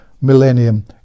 millennium